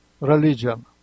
religion